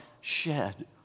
shed